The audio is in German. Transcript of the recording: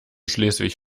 schleswig